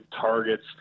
targets